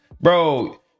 Bro